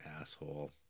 asshole